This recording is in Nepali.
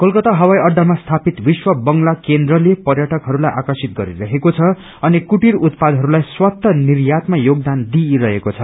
कलकता हवाई अहामा स्थापित विश्व बंगला केन्द्रले पर्यटकहरूलाई आकर्षित गरिरहेको छ अनि कुटिर उत्पादहरूलाई स्वतः निर्यातमा योगदान दिइरहेको छ